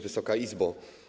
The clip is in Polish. Wysoka Izbo!